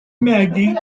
maggie